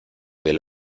del